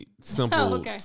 simple